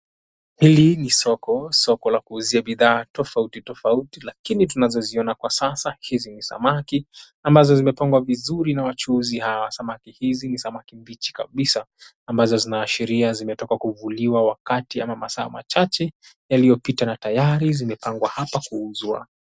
Hili ni soko, soko la kuuzi bidhaa tofauti lakini tunazoziona kwa sasa hizi ni samaki ambazo zimepangwa vizuri wachuuzi wa samaki wabichi kabisa ambazo zinazoashiria zimetoka kuvuliwa wakati au masaa machache yaliyopita na tayari zimepangwa hapa kuuzwa.